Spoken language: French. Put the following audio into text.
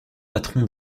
patron